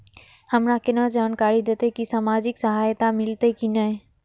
हमरा केना जानकारी देते की सामाजिक सहायता मिलते की ने?